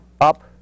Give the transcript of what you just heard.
up